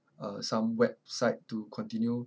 uh some website to continue